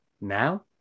Now